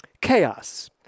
chaos